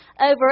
over